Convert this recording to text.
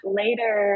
later